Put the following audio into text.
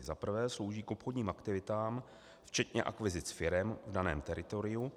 Za prvé slouží k obchodním aktivitám včetně akvizic firem v daném teritoriu,